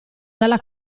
dalla